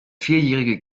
vierjährige